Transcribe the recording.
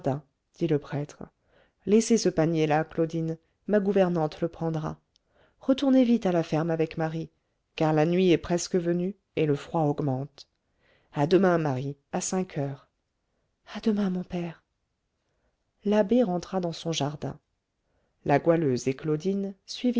dit le prêtre laissez ce panier là claudine ma gouvernante le prendra retournez vite à la ferme avec marie car la nuit est presque venue et le froid augmente à demain marie à cinq heures à demain mon père l'abbé rentra dans son jardin la goualeuse et claudine